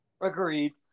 Agreed